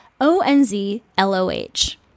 O-N-Z-L-O-H